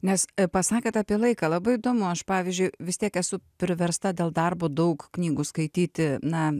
nes pasakėt apie laiką labai įdomu aš pavyzdžiui vis tiek esu priversta dėl darbo daug knygų skaityti na